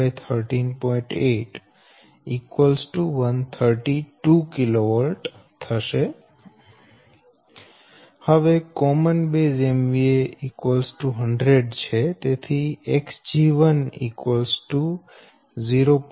8 132 kV હવે common base MVA 100 તેથી Xg1 0